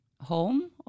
home